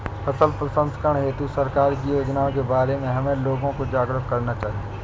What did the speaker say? फसल प्रसंस्करण हेतु सरकार की योजनाओं के बारे में हमें लोगों को जागरूक करना चाहिए